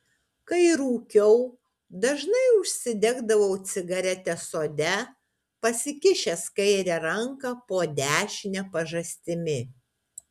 kai rūkiau dažnai užsidegdavau cigaretę sode pasikišęs kairę ranką po dešine pažastimi